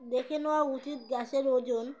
দেখে নেওয়া উচিত গ্যাসের ওজন